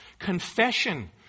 confession